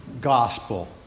gospel